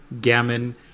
gammon